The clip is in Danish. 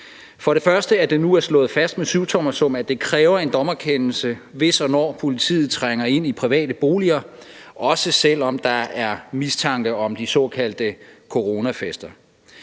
For det første er det nu slået fast med syvtommersøm, at det kræver en dommerkendelse, hvis og når politiet trænger ind i private boliger, også selv om der er mistanke om de såkaldte coronafester.